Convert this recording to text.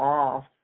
off